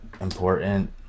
important